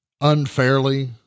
unfairly